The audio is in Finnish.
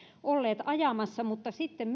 olleet ajamassa mutta sitten